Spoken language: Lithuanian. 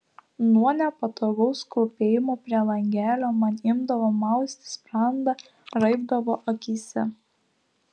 nuo nepatogaus klūpėjimo prie langelio man imdavo mausti sprandą raibdavo akyse